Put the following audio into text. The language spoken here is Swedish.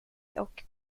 och